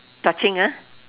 touching ah